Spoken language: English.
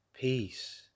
peace